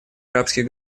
арабских